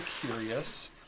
curious